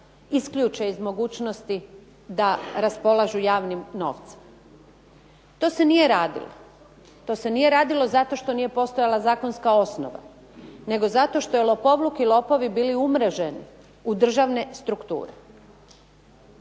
isključe iz mogućnosti da raspolažu javnim novcem. To se nije radilo. To se nije radilo zato što nije postojala zakonska osnova nego zato što je lopovluk i lopovi bili umreženi u državne strukture.